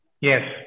Yes